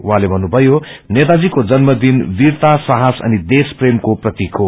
उहाँले भन्नुभयो नेताजीको जन्म दिन वीरता साहस अनि देशप्रेमको प्रतीक हो